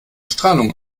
strahlung